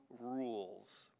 rules